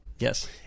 Yes